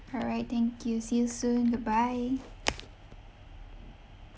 all right thank you see you soon goodbye